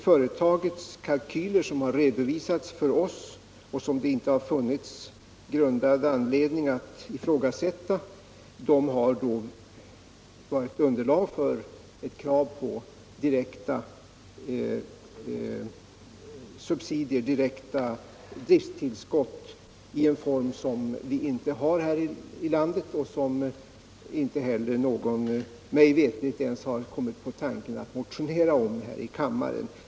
Företagets kalkyler, som har redovisats för oss och som det inte har funnits grundad anledning att ifrågasätta, har varit underlag för ett krav på direkta subsidier — direkta driftstillskott i en form som vi inte tillämpar i vårt land och som inte heller någon mig veterligt ens kommit på tanken att motionera om här i riksdagen.